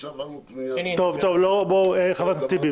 עכשיו עברנו לקנוניה --- חבר הכנסת טיבי,